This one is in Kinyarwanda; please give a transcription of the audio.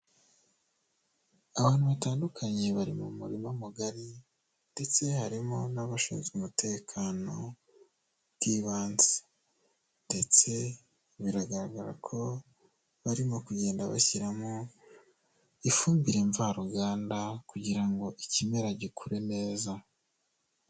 Abantu batandukanye bari mu murima mugari ndetse harimo n'abashinzwe umutekano bw'ibanze ndetse biragaragara ko barimo kugenda bashyiramo ifumbire mvaruganda kugira ngo ikimera gikure neza.